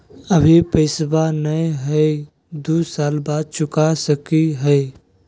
अभि पैसबा नय हय, दू साल बाद चुका सकी हय?